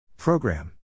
Program